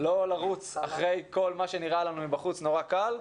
לא לרוץ אחרי כל מה שנראה לנו מבחוץ נורא קל,